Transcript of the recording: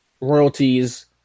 royalties